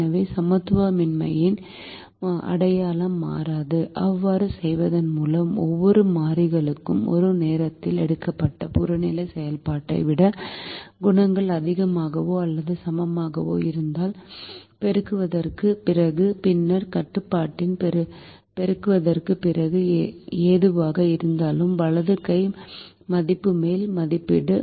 எனவே சமத்துவமின்மையின் அடையாளம் மாறாது அவ்வாறு செய்வதன் மூலம் ஒவ்வொரு மாறிக்கும் ஒரு நேரத்தில் எடுக்கப்பட்ட புறநிலை செயல்பாட்டை விட குணகங்கள் அதிகமாகவோ அல்லது சமமாகவோ இருந்தால் பெருக்கத்திற்குப் பிறகு பின்னர் கட்டுப்பாட்டின் பெருக்கத்திற்குப் பிறகு எதுவாக இருந்தாலும் வலது கை மதிப்பு மேல் மதிப்பீடு